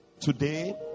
today